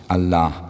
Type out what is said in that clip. Allah